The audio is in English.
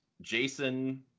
Jason